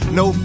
no